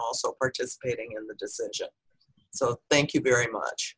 also participating in the decision so thank you very much